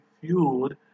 fueled